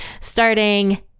Starting